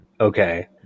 Okay